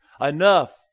enough